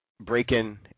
Break-In